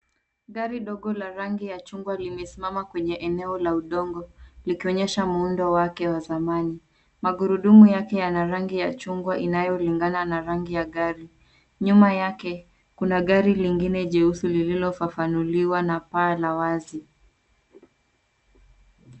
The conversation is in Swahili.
Gari dogo la rangi ya chungwa limesimama kwenye eneo la udongo likionyesha muundo wake wa zamani. Magurudumu yake yana rangi ya chungwa inayolingana na rangi ya gari. Nyuma yake kuna gari lingine jeusi lililofafanuliwa na paa la wazi.